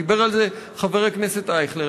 דיבר על זה חבר הכנסת אייכלר,